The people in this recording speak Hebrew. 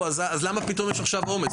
למה פתאום עכשיו יש עומס?